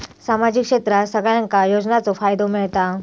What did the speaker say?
सामाजिक क्षेत्रात सगल्यांका योजनाचो फायदो मेलता?